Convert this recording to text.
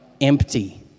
empty